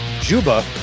Juba